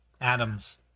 Adams